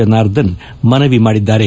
ಜನಾರ್ದನ್ ಮನವಿ ಮಾಡಿದ್ದಾರೆ